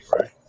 right